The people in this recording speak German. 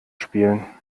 spielen